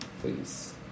please